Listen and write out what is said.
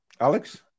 Alex